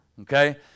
okay